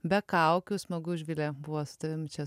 be kaukių smagu živile buvo su tavim čia